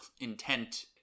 intent